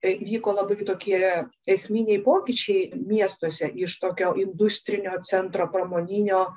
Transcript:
vyko labai tokie esminiai pokyčiai miestuose iš tokio industrinio centro pramoninio